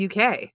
uk